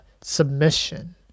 submission